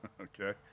Okay